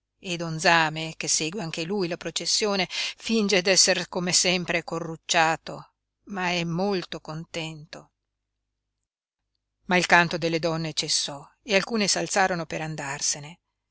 e don zame che segue anche lui la processione finge d'esser come sempre corrucciato ma è molto contento ma il canto delle donne cessò e alcune s'alzarono per andarsene